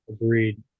Agreed